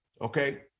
okay